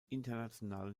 internationalen